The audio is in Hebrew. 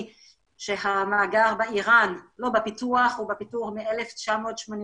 הוא בפיתוח מ-1989.